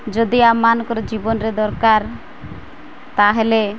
ଯଦି ଆମମାନଙ୍କର ଜୀବନରେ ଦରକାର ତା'ହେଲେ